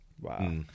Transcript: Wow